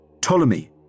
Ptolemy